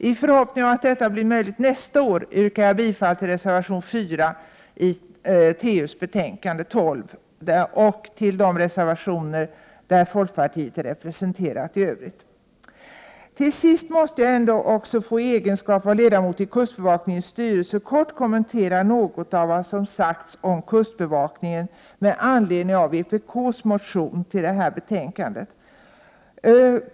I förhoppning om att detta blir möjligt nästa år yrkar jag bifall till reservation 4 i trafikutskottets betänkande 12 samt till Till sist måste jag i egenskap av ledamot i kustbevakningens styrelse kort få kommentera något av vad som sagts om kustbevakningen med anledning av vpk:s motion.